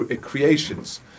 creations